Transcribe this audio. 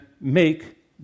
make